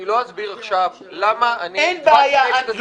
אני לא אסביר עכשיו למה אני הצבעתי נגד הסעיף הזה.